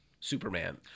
Superman